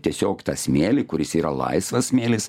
tiesiog tą smėlį kuris yra laisvas smėlis